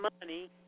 money